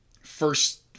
first